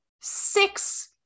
six